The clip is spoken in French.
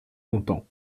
longtemps